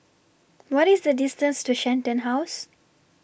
What IS The distance to Shenton House